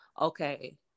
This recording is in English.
okay